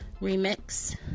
Remix